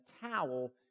towel